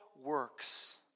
Works